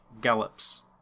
gallops